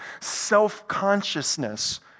self-consciousness